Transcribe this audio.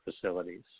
facilities